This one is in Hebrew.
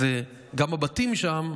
גם הבתים שם,